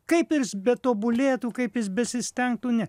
kaip jis betobulėtų kaip jis besistengtų ne